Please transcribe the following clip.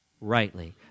rightly